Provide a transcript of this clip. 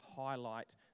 highlight